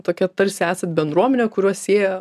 tokia tarsi esat bendruomenė kuriuos sieja